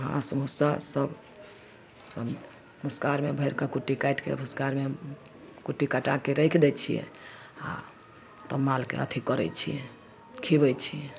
घास भुस्सा सब अपन भुसखारमे भरिके कुट्टी काटिके भुसखारमे कुट्टी कटाके राखि दै छिए आओर तब मालके अथी करै छिए खिअबै छिए